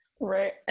Right